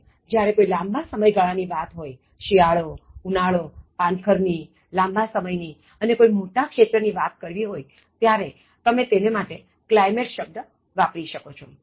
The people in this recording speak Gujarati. એટલે જ્યારે કોઇ લાંબા સમયગાળા ની વાત હોય શિયાળો ઉનાળોપાનખર ની લાંબા સમયની અને કોઇ મોટા ક્ષેત્રની વાત કરવી હોય ત્યારે તમે તેને માટે climate શબ્દ વાપરી શકો છો